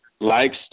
likes